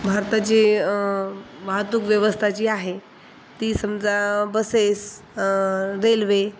भारताची वाहतूक व्यवस्था जी आहे ती समजा बसेस रेल्वे